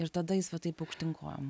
ir tada jis va taip aukštyn kojom